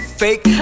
fake